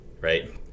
right